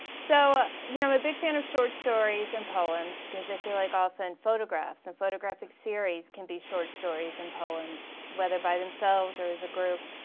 so you know i'm a big fan of short stories and poems cause i feel like often photographs and photographic series can be short stories and poems whether by themselves or as a group.